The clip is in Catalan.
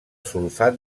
sulfat